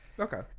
okay